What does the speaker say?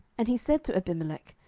and he said to abimelech,